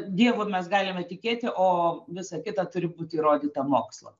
dievu mes galime tikėti o visa kita turi būti įrodyta mokslo